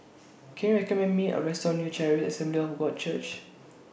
Can YOU recommend Me A Restaurant near Charis Assembly of God Church